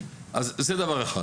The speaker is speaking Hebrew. זה דבר אחד.